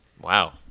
Wow